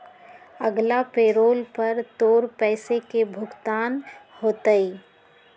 अगला पैरोल पर तोर पैसे के भुगतान होतय